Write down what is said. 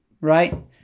right